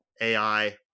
ai